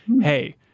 Hey